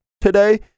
today